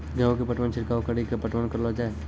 गेहूँ के पटवन छिड़काव कड़ी के पटवन करलो जाय?